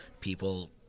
people